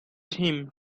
him